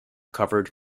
covered